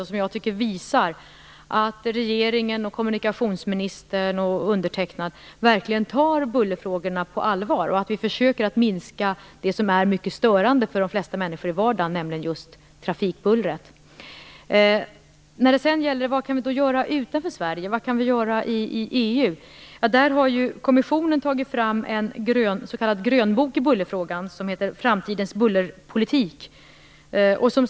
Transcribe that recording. Jag tycker att detta visar att regeringen, kommunikationsministern och undertecknad verkligen tar bullerfrågorna på allvar. Vi försöker minska det som är mycket störande för de flesta människor i vardagen, nämligen trafikbullret. Vad kan man då göra utanför Sverige och i EU? Kommissionen har tagit fram en s.k. grönbok i bullerfrågan. Den heter Framtidens bullerpolitik.